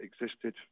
existed